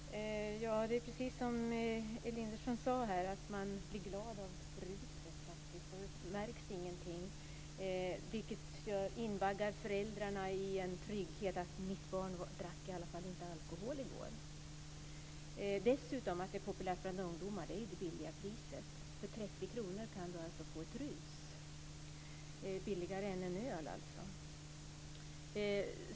Herr talman! Det är precis som Elinderson sade, att man blir glad av ruset och att det inte märks någonting. Det invaggar föräldrarna i en trygghet, att "mitt barn drack i alla fall inte alkohol i går". Att det är populärt bland ungdomar beror ju på det billiga priset. För 30 kr kan man få ett rus, vilket alltså är billigare än en öl.